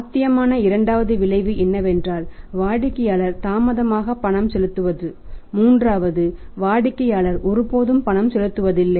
சாத்தியமான இரண்டாவது விளைவு என்னவென்றால் வாடிக்கையாளர் தாமதமாக பணம் செலுத்துவது மூன்றாவது வாடிக்கையாளர் ஒருபோதும் பணம் செலுத்துவதும் இல்லை